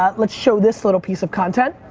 ah let's show this little piece of content.